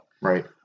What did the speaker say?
Right